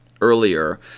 earlier